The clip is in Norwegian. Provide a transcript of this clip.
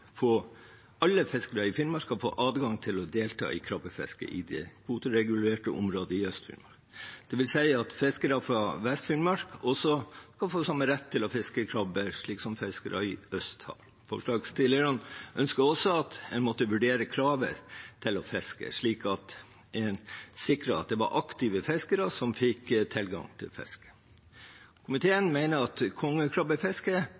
få adgang til å delta i krabbefisket i det kvoteregulerte området i Øst-Finnmark, dvs. at fiskere fra Vest-Finnmark skal få samme rett til å fiske krabber som fiskerne i øst har. Forslagsstillerne ønsker også at en må vurdere kravet til å fiske, slik at en sikrer at det er aktive fiskere som får tilgang til